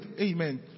Amen